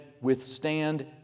withstand